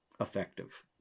Effective